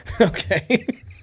Okay